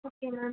okay ma'am